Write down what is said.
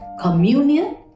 communion